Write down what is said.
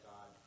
God